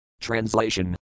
Translation